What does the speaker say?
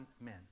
men